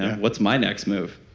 what's my next move?